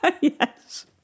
Yes